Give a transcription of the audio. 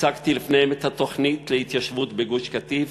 הצגתי לפניהם את התוכנית להתיישבות בגוש-קטיף,